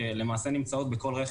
למעשה נמצאות בכל רכב.